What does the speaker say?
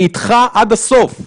אני איתך עד הסוף.